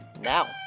now